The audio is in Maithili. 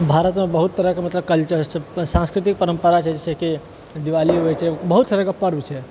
भारतमे बहुत तरहकेँ मतलब कल्चर सब सांस्कृतिक परम्परा छै जैसे कि दीवाली होइत छै बहुत तरहकेँ पर्व छै